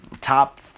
top